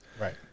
Right